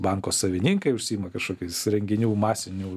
banko savininkai užsiima kažkokiais renginių masinių